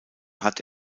hat